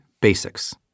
basics